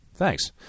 Thanks